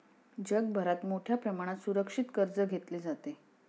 जगभरात मोठ्या प्रमाणात सुरक्षित कर्ज घेतले जाते